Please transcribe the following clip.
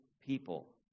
people